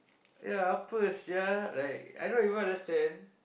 yeah apa sia I don't even understand